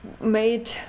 made